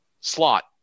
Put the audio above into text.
slot